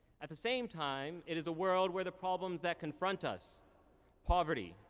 at the same time, it is a world where the problems that confront us poverty,